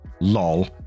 Lol